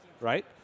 right